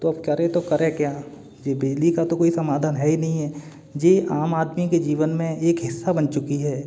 तो अब करें तो करें क्या ये बिजली का तो कोई समाधान है ही नहीं है जे आम आदमी के जीवन में एक हिस्सा बन चुकी है